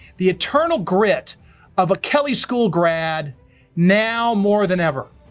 the eternal grit of a kelley school graduate now more than ever.